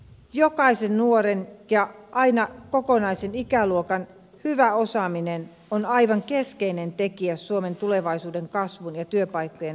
jokaisen nuoren ja aina kokonaisen ikäluokan hyvä osaaminen on aivan keskeinen tekijä suomen tulevaisuuden kasvun ja työpaikkojen näkökulmasta